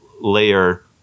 layer